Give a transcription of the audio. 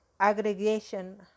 aggregation